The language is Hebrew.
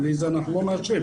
בלי זה אנחנו לא מאשרים.